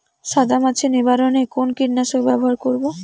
সাদা মাছি নিবারণ এ কোন কীটনাশক ব্যবহার করব?